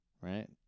right